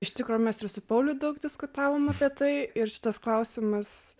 iš tikro mes ir paulium daug diskutavom apie tai ir šitas klausimas